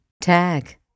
Tag